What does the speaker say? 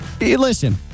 Listen